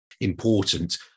important